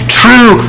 true